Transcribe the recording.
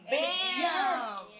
Bam